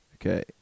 Okay